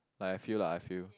like I feel lah I feel